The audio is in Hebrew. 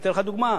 היצואנים.